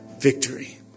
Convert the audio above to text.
victory